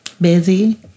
busy